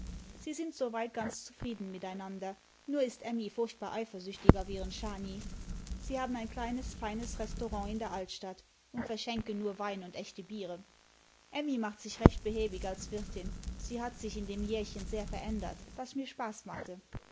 sie sind soweit ganz zufrieden mitdnander nur ist emmy furchtbar eifersüchtig auf ihren schani sie haben ein kleines feines restaurant in der altstadt und verschenken nur wein und echte biere emmy macht sich recht behäbig als wirtin sie hat sich in dem jährchen sehr verändert was mir spaß machte